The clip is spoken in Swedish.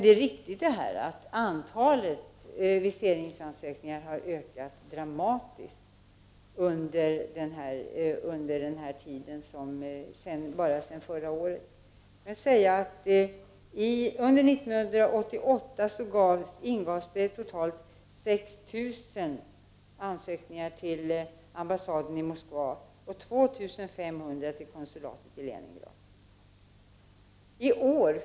Det är riktigt att antalet viseringsansökningar har ökat dramatiskt bara sedan förra året. Under 1988 ingavs totalt 6 000 ansökningar till ambassaden i Moskva och 2 500 till konsulatet i Leningrad.